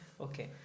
Okay